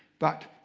but